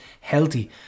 healthy